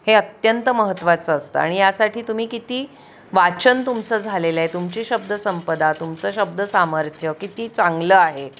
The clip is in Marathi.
हे अत्यंत महत्त्वाचं असतं आणि यासाठी तुम्ही किती वाचन तुमचं झालेलं आहे तुमची शब्दसंपदा तुमचं शब्दसामर्थ्य किती चांगलं आहे